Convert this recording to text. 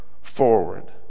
forward